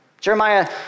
Jeremiah